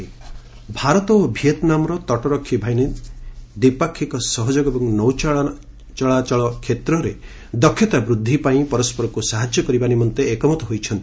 India Vietnam ସିକି ଭାରତ ଓ ଭିଏତ୍ନାମର ତଟରକ୍ଷୀ ବାହିନୀ ଦ୍ୱିପାକ୍ଷିକ ସହଯୋଗ ଏବଂ ନୌଚଳାଚଳ କ୍ଷେତ୍ରରେ ଦକ୍ଷତା ବୃଦ୍ଧିପାଇଁ ପରସ୍କରକୁ ସାହାଯ୍ୟ କରିବା ନିମନ୍ତେ ଏକମତ ହୋଇଛନ୍ତି